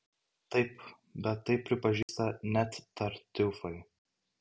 taip bet tai pripažįsta net tartiufai